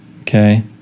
Okay